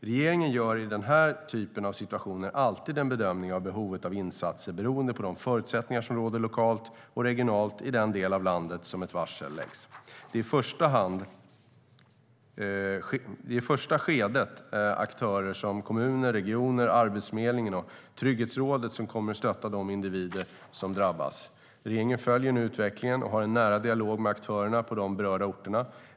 Regeringen gör i den här typen av situationer alltid en bedömning av behovet av insatser beroende på de förutsättningar som råder lokalt och regionalt i den del av landet som ett varsel läggs. Det är i första skedet aktörer som kommuner, regioner, Arbetsförmedlingen och Trygghetsrådet som kommer att stötta de individer som drabbas. Regeringen följer nu utvecklingen och har en nära dialog med aktörerna på de berörda orterna.